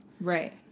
Right